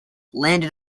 landed